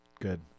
Good